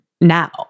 now